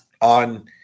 on